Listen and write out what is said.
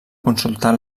consultar